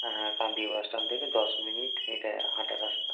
হ্যাঁ Kandi bus stand থেকে দশ মিনিট হেঁটে হাঁটা রাস্তা